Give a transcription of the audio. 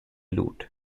loot